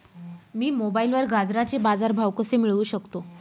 मी मोबाईलवर गाजराचे बाजार भाव कसे मिळवू शकतो?